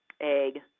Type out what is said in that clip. egg